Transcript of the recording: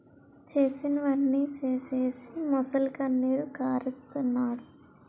చేసినవన్నీ సేసీసి మొసలికన్నీరు కారస్తన్నాడు